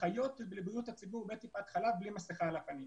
האחיות לבריאות הציבור בטיפת-חלב בלי מסיכה על הפנים.